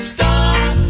Stop